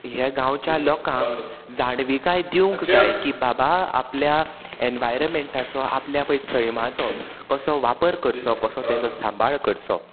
हे गांवच्या लोकांक जाणविकाय दिवंक जाय की बाबा आपल्या एनवायरमेंटाचो आपल्या पय सैमाचो कसो वापर करचो कसो तेचो सांबाळ करचो